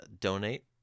donate